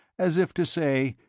as if to say,